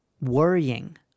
worrying